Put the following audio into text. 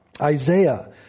Isaiah